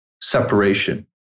separation